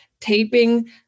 taping